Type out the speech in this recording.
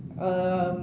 um